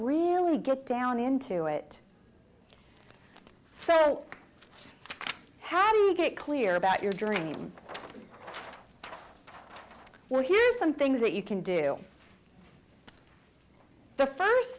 really get down into it so how do you get clear about your dream well here's some things that you can do the first